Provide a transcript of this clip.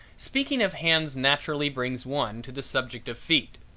speaking of hands naturally brings one to the subject of feet,